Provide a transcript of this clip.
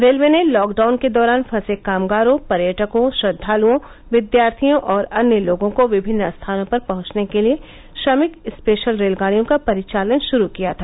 railway ने lockdown के दौरान फंसे कामगारों पर्यटकों श्रद्वाल्ञों विद्यार्थियों और अन्य लोगों को विभिन्न स्थानों पर पहुंचाने के लिए श्रमिक स्पेशल रेलगाड़ियों का परिचालन शुरू किया था